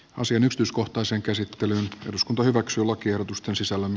yo sienestyskohtaiseen käsittelyyn eduskunta hyväksyy lakiehdotusten sisällön